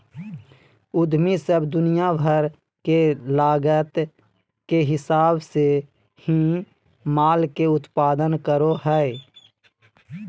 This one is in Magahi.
उद्यमी सब दुनिया भर के लागत के हिसाब से ही माल के उत्पादन करो हय